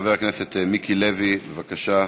חבר הכנסת מיקי לוי, בבקשה,